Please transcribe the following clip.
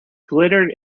glittered